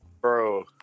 Bro